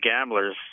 gamblers